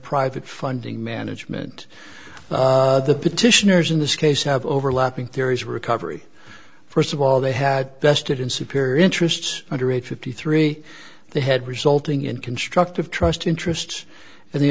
private funding management the petitioners in this case have overlapping theories recovery first of all they had vested in superior interests under eight fifty three the head resulting in constructive trust interests and they